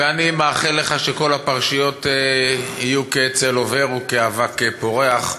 ואני מאחל לך שכל הפרשיות יהיו כצל עובר וכאבק פורח,